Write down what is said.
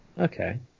Okay